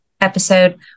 episode